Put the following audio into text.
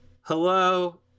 Hello